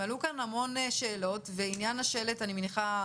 עלו כאן המון שאלות ועניין השלט, אני מניחה,